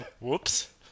Whoops